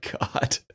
god